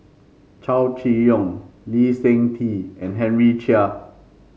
Chow Chee Yong Lee Seng Tee and Henry Chia